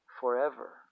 forever